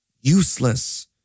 useless